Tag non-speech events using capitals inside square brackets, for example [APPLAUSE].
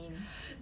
[BREATH]